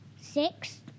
Six